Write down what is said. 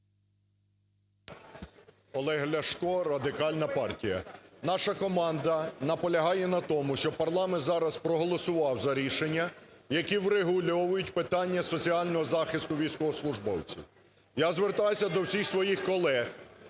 Олег Ляшко, Радикальна партія. Наша команда наполягає на тому, щоб парламент зараз проголосував за рішення, які врегульовують питання соціального захисту військовослужбовців. Я звертаюсь до всіх своїх колег.